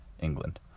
England